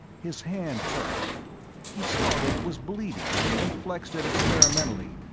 his hand hurt he saw that it was bleeding and flexed it experimentally,